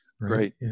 Great